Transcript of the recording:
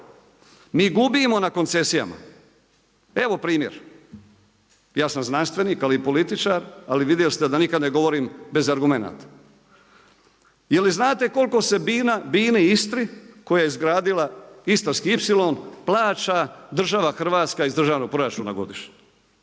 Mi gubimo na koncesijama. Evo primjer. Ja sam znanstvenik, ali i političar, ali vidjeli ste da nikada ne govorim bez argumenata. Je li znate koliko se BINA-i Istri koja je izgradila Istarski ipsilon plaća država Hrvatska iz državnog proračuna godišnje?